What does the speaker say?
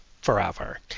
forever